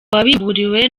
wabimburiwe